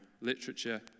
literature